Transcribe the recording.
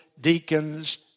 deacons